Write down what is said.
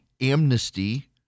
amnesty